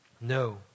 No